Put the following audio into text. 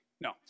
No